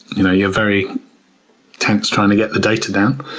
you know you're very tense trying to get the data down.